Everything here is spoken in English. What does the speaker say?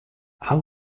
how